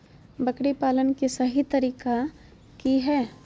बकरी पालन के सही तरीका की हय?